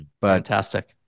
Fantastic